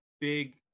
big